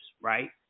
right